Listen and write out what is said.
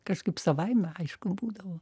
kažkaip savaime aišku būdavo